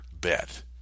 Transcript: bet